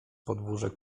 podwórze